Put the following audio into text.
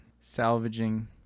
salvaging